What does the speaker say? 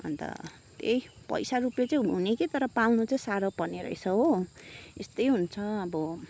अन्त त्यही पैसा रुपियाँ चाहिँ हुने कि तर पाल्नु चाहिँ साह्रो पर्ने रहेछ हो यस्तै हुन्छ अब